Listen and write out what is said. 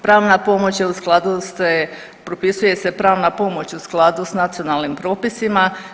Pravna pomoć je u skladu, ... propisuje se pravna pomoć u skladu s nacionalnim propisima.